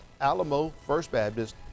alamofirstbaptist